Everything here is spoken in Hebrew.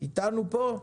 איתנו פה?